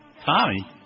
Tommy